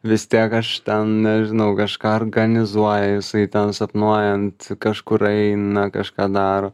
vis tiek aš ten nežinau kažką organizuoja jisai ten sapnuojant kažkur eina kažką daro